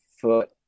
foot